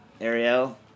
Ariel